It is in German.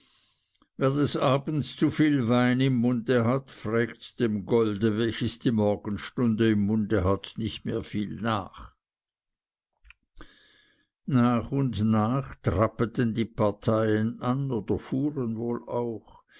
wer des abends zu viel wein im munde hat frägt dem golde welches die morgenstunde im munde hat nicht mehr viel nach nach und nach trappeten die parteien an oder fuhren wohl auch